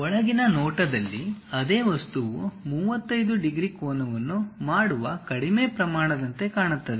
ಒಳಗಿನ ನೋಟದಲ್ಲಿ ಅದೇ ವಸ್ತುವು 35 ಡಿಗ್ರಿ ಕೋನವನ್ನು ಮಾಡುವ ಕಡಿಮೆ ಪ್ರಮಾಣದಂತೆ ಕಾಣುತ್ತದೆ